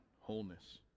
wholeness